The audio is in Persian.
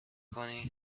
کنی